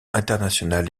international